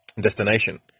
destination